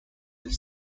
have